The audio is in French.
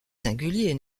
singulier